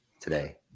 today